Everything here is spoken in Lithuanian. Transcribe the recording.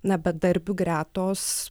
na bedarbių gretos